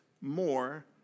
more